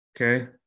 Okay